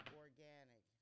organic